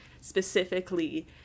specifically